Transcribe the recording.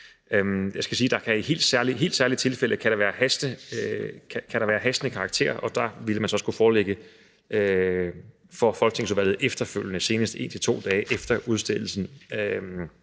Jeg skal sige, at i helt særlige tilfælde kan det være af hastende karakter, og derfor vil man så skulle forelægge det for folketingsudvalget efterfølgende og senest 1-2 dage efter udstedelsen.